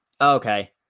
Okay